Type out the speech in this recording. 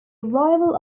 arrival